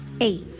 Eight